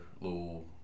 little